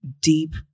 deep